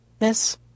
miss